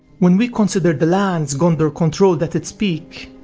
when we consider the lands gondor controlled at its peak,